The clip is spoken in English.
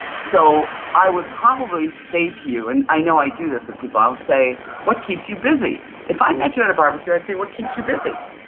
so i would probably say to you and i know i do this with people, i'll say what keeps you busy? if i met you at a barbecue, i'd say what keeps you busy?